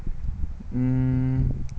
mm